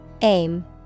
Aim